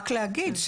רק להגיד,